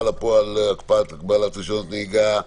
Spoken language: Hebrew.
לפועל (הקפאת הגבלת רישיונות נהיגה),